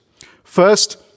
First